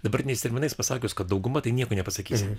dabartiniais terminais pasakius kad dauguma tai nieko nepasakysim